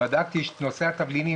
בדקתי את נושא התבלינים,